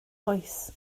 oes